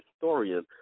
historian